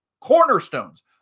cornerstones